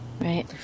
Right